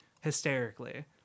hysterically